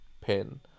pin